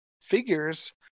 figures